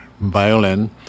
violin